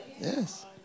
Yes